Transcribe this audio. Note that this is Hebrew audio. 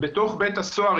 בתוך בית הסוהר,